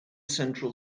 central